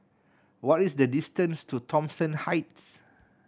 what is the distance to Thomson Heights